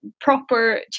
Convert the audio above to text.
Proper